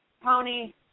pony